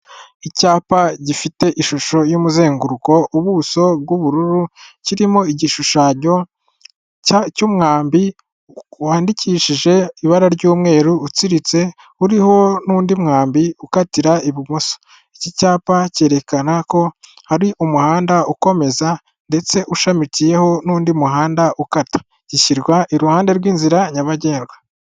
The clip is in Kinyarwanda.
Icyapa gifite ishusho y'umuzenguruko, ubuso bw'ubururu, kirimo igishushanyo cy'umwambi wandikishije ibara ry'umweru utsiritse, uriho n'undi mwambi ukatira ibumoso, iki cyapa cyerekana ko hari umuhanda ukomeza ndetse ushamikiyeho n'undi muhanda ukata, gishyirwa iruhande rw'inzira nyabagendwa.